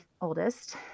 oldest